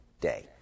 day